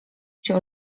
się